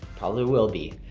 probably will be.